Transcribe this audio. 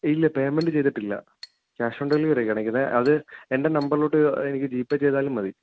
ഇല്ല പേയ്മെൻ്റ് ചെയ്തിട്ടില്ല cash on ഡെലിവെറിയാ കാണിക്കുന്നത് അത് എൻ്റെ നമ്പറിലോട്ട് എനിക്ക് ജീപേ ചെയ്താലും മതി